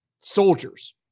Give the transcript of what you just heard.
soldiers